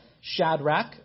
Shadrach